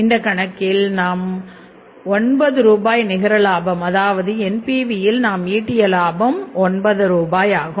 இந்த கணக்கில் நாம் 9 ரூபாய் நிகர லாபம் அதாவது NPVயில் நாம் ஈட்டிய லாபம் ஆகும்